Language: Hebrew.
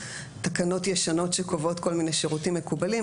תקנות ישנות שקובעות כל מיני שירותים מקובלים.